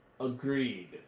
Agreed